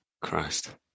Christ